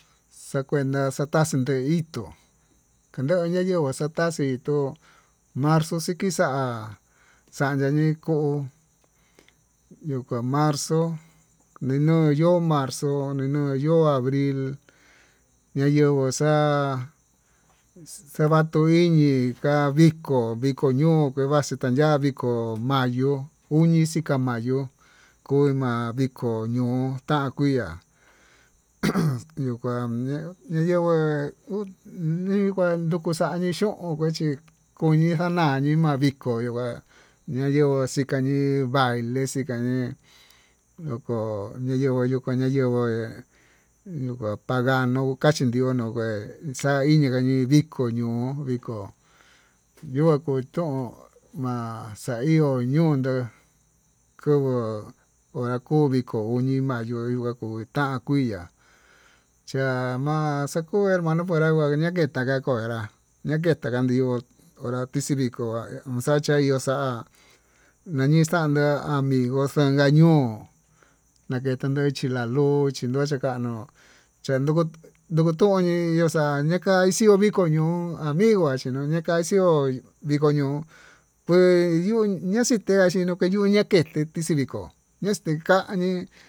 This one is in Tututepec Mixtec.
Xakuenta xataxe té hí to'o kandeó nayenguó taxati tó, marzo xikixa xande yee ko'o yuu kua marzo niyuu ye'e marzó ninuu yo'ó abril ña'a yenguo xa'a xeyuó kuatuu indii inka vikó vikó ño'o ndevaxe taña'a ko'o mayó, uñi xika mayó kuma viko ña'a takuia ujun yuu kuá na nayengua nikua yukuu xanii xhuun kuechí kuñii xañani ma'a viko ñayenguo xiñañii yuá talii xiñañii ñoko'o nayegua ña' yenguó ndenguga kavanuu tachí ndiunuu ngué xa'a ndika nayii ndiko ñuu ño'o akutun ma'a xa'a iho yunduu kuvuu vakuu niño'o uñii mayuu yuu kutain kuii chama'a xakuu hermano kuanra kue taña taka kuu hánra takee tan kiuu, konra vixii vikó nuu xacha ihó xa'a, nenixande amigo xan nañuu naken tanchen nina'a nuu chilox kanuu, chanduu nutoñii nuu taxia ya'a viko'o ño'o amingo achinika chi'ó viko ñuu pues ñuu yachi tiaxii, nukañuu takexi vikó uxtintañi.